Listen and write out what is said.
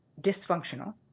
dysfunctional